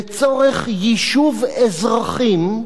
לצורך יישוב אזרחים,